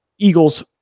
Eagles